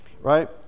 right